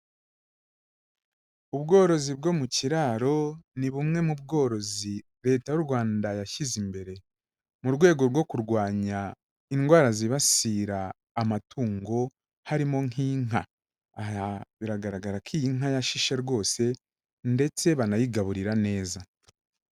Ubworozi bwo mu kiraro ni bumwe mu bworozi Leta y'u Rwanda yashyize imbere, mu rwego rwo kurwanya indwara zibasira amatungo harimo nk'inka, aha biragaragara ko iyi nka yashishe rwose ndetse banayigaburira neza.